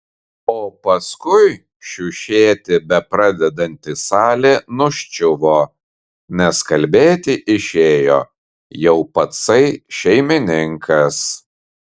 o paskui šiušėti bepradedanti salė nuščiuvo nes kalbėti išėjo jau patsai šeimininkas